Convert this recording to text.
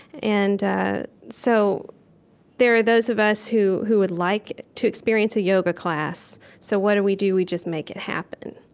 and so there are those of us who who would like to experience a yoga class, so what do we do? we just make it happen.